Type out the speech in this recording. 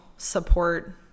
support